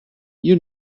you